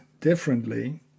differently